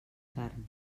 carn